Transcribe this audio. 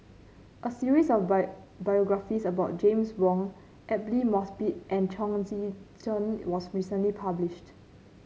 a series of by biographies about James Wong Aidli Mosbit and Chong Tze Chien was recently published